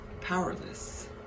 powerless